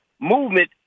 movement